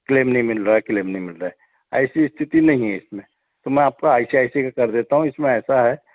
claim नहीं मिल रहा है क्लेम नहीं मिल रहा है ऐसी स्थिति नहीं है इसमें तो मैं आपका आई सी आई सी का कर देता हूँ इसमें ऐसा है